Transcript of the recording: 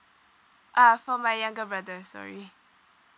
ah for my younger brothers sorry